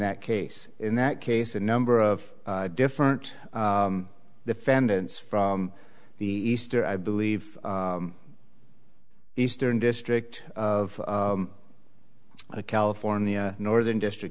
that case in that case a number of different defendants from the easter i believe eastern district of a california northern district